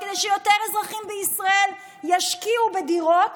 כדי שיותר אזרחים בישראל ישקיעו בדירות